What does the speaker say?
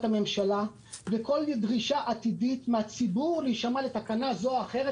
הממשלה וכל דרישה עתידית מן הציבור להישמע לתקנה כזו או אחרת,